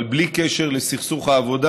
אבל בלי קשר לסכסוך העבודה,